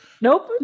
nope